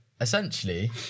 essentially